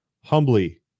humbly